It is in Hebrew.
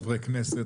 חברי כנסת,